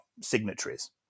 signatories